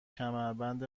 کمربند